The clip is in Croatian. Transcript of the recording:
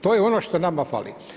To je ono što nama fali.